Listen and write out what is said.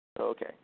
Okay